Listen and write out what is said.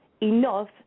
enough